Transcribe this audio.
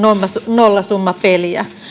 nollasummapeliä